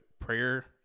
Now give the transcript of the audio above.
prayer